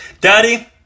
daddy